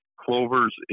Clovers